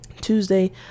tuesday